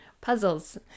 puzzles